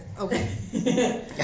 Okay